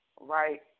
right